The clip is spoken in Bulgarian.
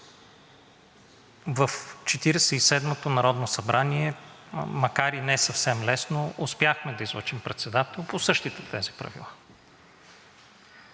седмото народно събрание, макар и не съвсем лесно, успяхме да излъчим председател по същите тези правила.